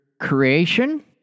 creation